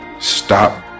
stop